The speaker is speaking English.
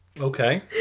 okay